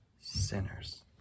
sinners